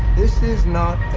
this is not